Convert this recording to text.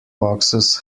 boxes